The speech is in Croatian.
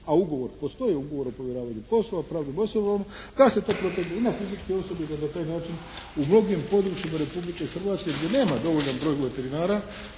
a ugovor postoji ugovor o povjeravanju poslova pravnim osobama, da se to protegne i na fizičke osobe i da na taj način u mnogim područjima Republike Hrvatske gdje nema dovoljan broj veterinara,